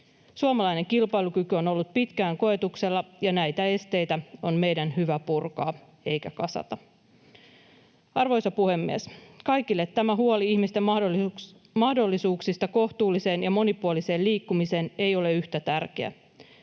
Suomalainen kilpailukyky on ollut pitkään koetuksella, ja näitä esteitä on meidän hyvä purkaa eikä kasata. Arvoisa puhemies! Kaikille tämä huoli ihmisten mahdollisuuksista kohtuulliseen ja monipuoliseen liikkumiseen ei ole yhtä tärkeä.